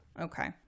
Okay